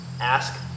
Ask